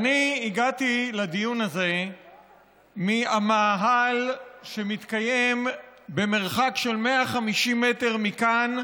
הגעתי לדיון הזה מהמאהל שמתקיים במרחק של 150 מטר מכאן,